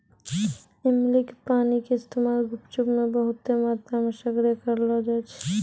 इमली के पानी के इस्तेमाल गुपचुप मे बहुते मात्रामे सगरे करलो जाय छै